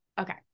Okay